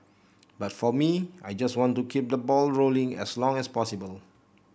but for me I just want to keep that ball rolling as long as possible